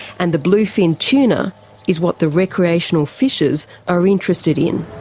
and the bluefin tuna is what the recreational fishers are interested in.